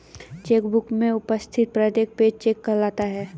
check book में उपस्थित प्रत्येक पेज चेक कहलाता है